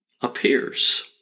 appears